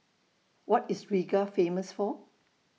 What IS Riga Famous For